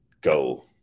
go